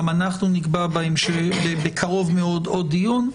גם אנחנו נקבע בקרוב מאוד עוד דיון.